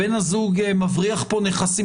בן הזוג מבריח פה נכסים,